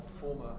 former